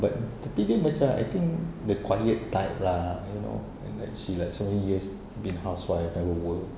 but tapi dia macam I think the quiet type lah you know and like she like so many years been housewife never work